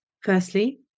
Firstly